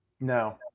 No